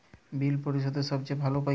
বিল পরিশোধের সবচেয়ে ভালো উপায় কী?